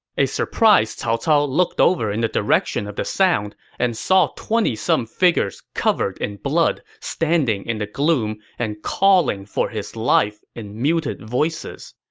a surprised cao cao looked over in the direction of the sound and saw twenty some figures covered in blood, standing in the gloom, and calling for his life in muted voices.